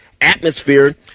atmosphere